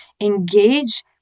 engage